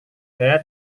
saya